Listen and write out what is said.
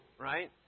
right